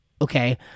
Okay